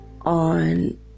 on